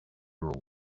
all